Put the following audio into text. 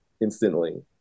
instantly